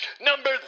Number